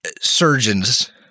surgeons